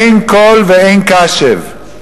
אין קול ואין קשב.